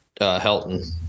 Helton